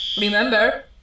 remember